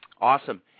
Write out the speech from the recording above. Awesome